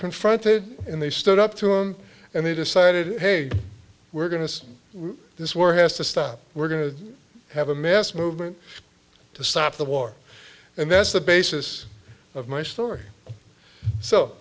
confronted and they stood up to him and they decided hey we're going to see this war has to stop we're going to have a mass movement to stop the war and that's the basis of my story so